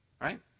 right